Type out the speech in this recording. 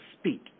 speak